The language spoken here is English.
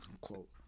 quote